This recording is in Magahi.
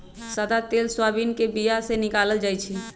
सदा तेल सोयाबीन के बीया से निकालल जाइ छै